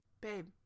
babe